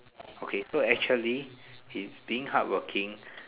okay so actually he's being hardworking